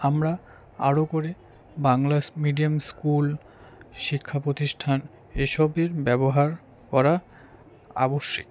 আমরা আরও করে বাংলা মিডিয়াম স্কুল শিক্ষা প্রতিষ্ঠান এসবের ব্যবহার করা আবশ্যিক